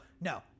no